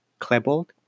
klebold